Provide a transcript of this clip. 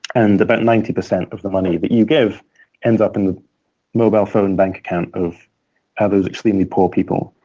and about ninety percent of the money that but you give ends up in the mobile phone bank account of ah those extremely poor people,